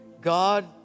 God